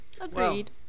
Agreed